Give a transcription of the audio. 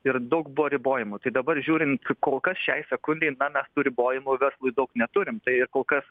ir daug buvo ribojamų tai dabar žiūrint kol kas šiai sekundei na mes tų ribojimų verslui daug neturim tai ir kol kas